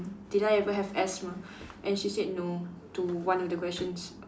did I ever have asthma and she said no to one of the questions